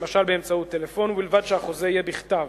למשל באמצעות טלפון, ובלבד שהחוזה יהיה בכתב.